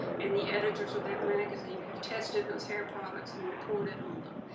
and the editors of that magazine have tested those hair products and reported on them,